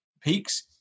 peaks